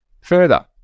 further